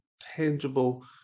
tangible